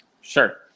Sure